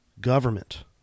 government